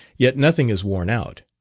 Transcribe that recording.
yet nothing is worn out.